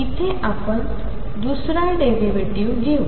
इथे आपण दुसरा डेरिव्हेटीव्ह घेऊ